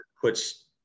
puts